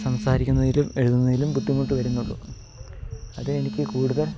സംസാരിക്കുന്നതിലും എഴുതുന്നതിലും ബുദ്ധിമുട്ട് വരുന്നുള്ളൂ അതെനിക്ക് കൂടുതൽ